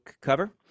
cover